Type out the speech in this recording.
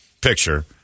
picture